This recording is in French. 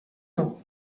nom